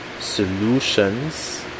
solutions